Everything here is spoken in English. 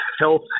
health